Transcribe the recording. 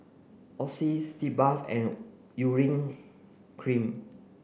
Oxy Sitz Bath and Urea Cream